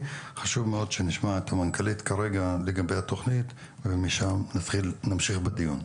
חשוב מאוד שנשמע את המנכ"לית כרגע לגבי התכנית ומשם נמשיך בדיון.